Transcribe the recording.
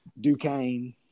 Duquesne